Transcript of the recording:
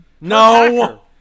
No